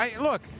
look